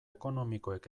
ekonomikoek